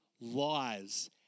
lies